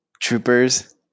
troopers